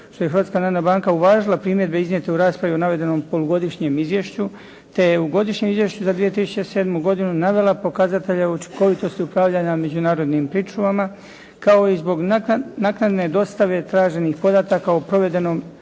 Hrvatska narodna banka uvažila primjedbe iznijete u raspravi o navedenom polugodišnjem izvješću te u godišnjem izvješću za 2007. godinu navela pokazatelje učinkovitosti upravljanja međunarodnih pričuvama, kao i zbog naknadne dostave traženih podataka o provedenom